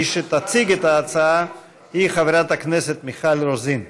מי שתציג את ההצעה היא חברת הכנסת מיכל רוזין.